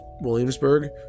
Williamsburg